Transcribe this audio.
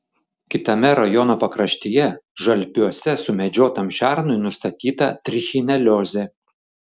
kitame rajono pakraštyje žalpiuose sumedžiotam šernui nustatyta trichineliozė